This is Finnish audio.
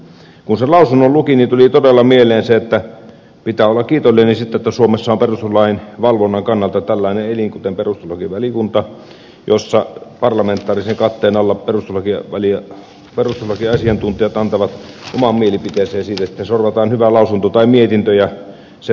kun sen lausunnon luki niin tuli todella mieleen se että pitää olla kiitollinen siitä että suomessa on perustuslain valvonnan kannalta tällainen elin kuin perustuslakivaliokunta jossa parlamentaarisen katteen alla perustuslakiasiantuntijat antavat oman mielipiteensä ja siitä sitten sorvataan hyvä lausunto tai mietintö ja sen mukaan mennään eteenpäin